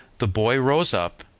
the boy rose up,